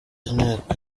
inteko